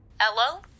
Hello